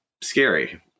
scary